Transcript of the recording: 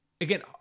again